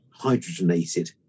hydrogenated